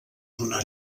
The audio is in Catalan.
donar